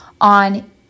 on